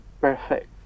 perfect